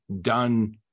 done